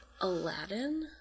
Aladdin